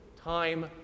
time